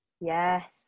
Yes